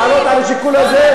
את לא יכולה להתעלות על השיקול הזה?